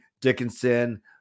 dickinson